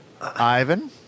Ivan